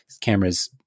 cameras